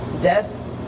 death